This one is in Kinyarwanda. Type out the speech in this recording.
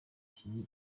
abakinnyi